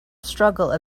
struggle